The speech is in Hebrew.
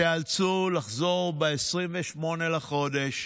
תיאלצו לחזור ב-28 בחודש